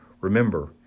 remember